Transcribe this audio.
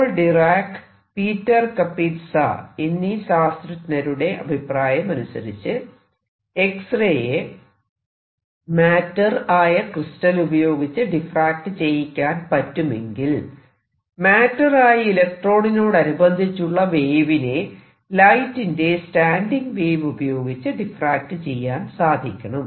Paul Dirac Peter Kapitsa എന്നീ ശാസ്ത്രജ്ഞരുടെ അഭിപ്രായമനുസരിച്ച് എക്സ്റേയെ മാറ്റർ ആയ ക്രിസ്റ്റൽ ഉപയോഗിച്ച് ഡിഫ്റാക്ട് ചെയ്യിക്കാൻ പറ്റുമെങ്കിൽ മാറ്റർ ആയ ഇലക്ട്രോണിനോടനുബന്ധിച്ചുള്ള വേവിനെ ലൈറ്റിന്റെ സ്റ്റാന്റിംഗ് വേവ് ഉപയോഗിച്ച് ഡിഫ്റാക്ട് ചെയ്യാൻ സാധിക്കണം